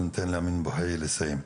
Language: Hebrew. אבל ניתן לאמין אבו חייה לסיים.